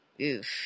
Oof